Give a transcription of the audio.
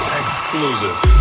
exclusive